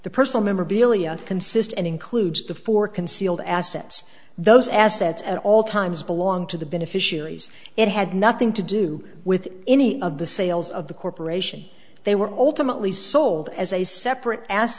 the personal memorabilia consist and includes the four concealed assets those assets at all times belong to the beneficiaries it had nothing to do with any of the sales of the corporation they were ultimately sold as a separate